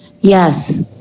Yes